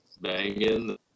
banging